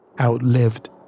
Outlived